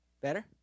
Better